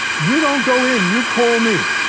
you don't go in, you call me!